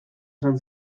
esan